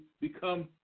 become